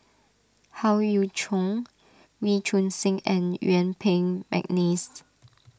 Howe Yoon Chong Wee Choon Seng and Yuen Peng McNeice